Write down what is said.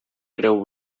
creu